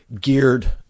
geared